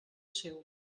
seu